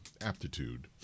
aptitude